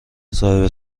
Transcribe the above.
صاحب